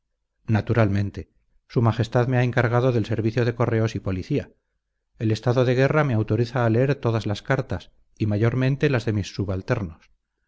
naturalmente su majestad me ha encargado del servicio de correos y policía el estado de guerra me autoriza a leer todas las cartas y mayormente la de mis subalternos